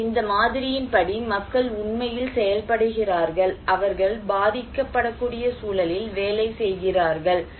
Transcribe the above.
எனவே இந்த மாதிரியின் படி மக்கள் உண்மையில் செயல்படுகிறார்கள் அவர்கள் பாதிக்கப்படக்கூடிய சூழலில் வேலை செய்கிறார்கள்